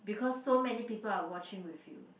because so many people are watching with you